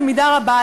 במידה רבה,